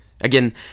Again